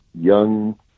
young